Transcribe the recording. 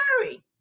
sorry